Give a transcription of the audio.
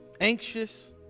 anxious